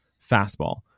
fastball